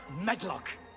medlock